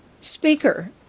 Speaker